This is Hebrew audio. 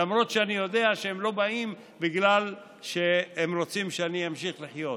למרות שאני יודע שהם לא באים בגלל שהם רוצים שאני אמשיך לחיות.